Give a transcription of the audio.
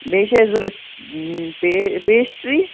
بیٚیہِ چھِ اَسہِ ضوٚرَتھ پے پیسٹرٛی